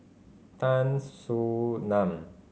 Tan Soo Nan